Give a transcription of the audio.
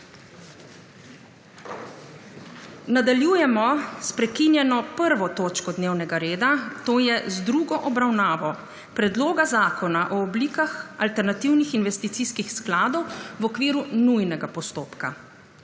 Nadaljujemo s prekinjeno 1. točko dnevnega reda - druga obravnava Predloga zakona o oblikah alternativnih investicijskih skladov, v okviru nujnega postopka.